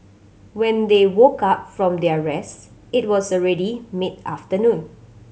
when they woke up from their rest it was already mid afternoon